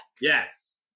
Yes